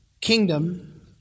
kingdom